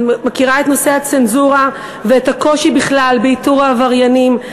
אני מכירה את נושא הצנזורה ואת הקושי בכלל באיתור העבריינים,